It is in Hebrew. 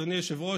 אדוני היושב-ראש,